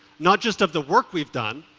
not just of the work we've done,